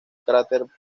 cráter